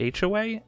HOA